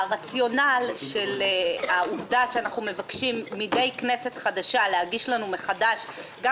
העובדה שאנחנו מבקשים מידי כנסת חדשה להגיש לנו מחדש גם